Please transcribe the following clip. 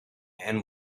and